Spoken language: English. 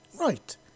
Right